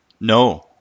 No